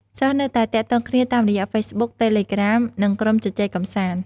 សិស្សនៅតែទាក់ទងគ្នាតាមរយៈហ្វេសប៊ុក តេលេក្រាម និងក្រុមជជែកកម្សាន្ត។